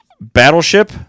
Battleship